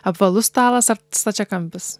apvalus stalas ar stačiakampis